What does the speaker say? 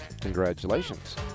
Congratulations